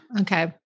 Okay